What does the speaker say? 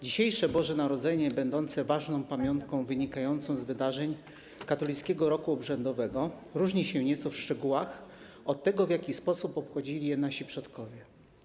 Dzisiejsze Boże Narodzenie będące ważną pamiątką wynikającą z wydarzeń katolickiego roku obrzędowego różni się nieco w szczegółach od święta, jakie obchodzili nasi przodkowie.